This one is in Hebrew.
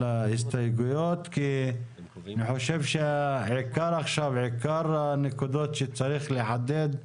אני חושב שעיקר הנקודות שצריך לחדד,